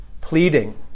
pleading